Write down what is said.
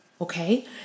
okay